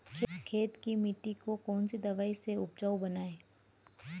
खेत की मिटी को कौन सी दवाई से उपजाऊ बनायें?